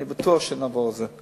אני בטוח שנעבור את זה.